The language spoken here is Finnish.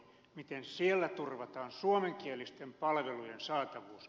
miten siellä turvataan suomenkielisten palvelujen saatavuus